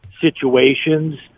situations